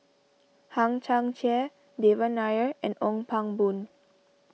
Hang Chang Chieh Devan Nair and Ong Pang Boon